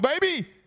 baby